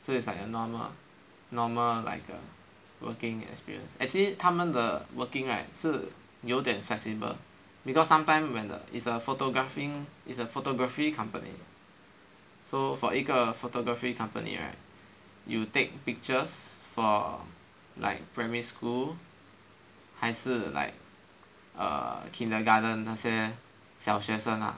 so it's like a normal normal like a working experience actually 他们的 working right 是有点 flexible because sometimes when the is a photographing is a photography company so for 一个 photography company right you take pictures for like primary school 还是 like err kindergarten 那些小学生 ah